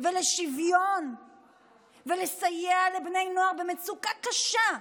ולשוויון ולסייע לבני נוער במצוקה קשה,